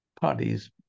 parties